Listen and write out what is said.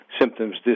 symptoms